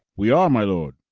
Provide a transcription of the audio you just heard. we are, my lord,